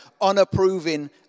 unapproving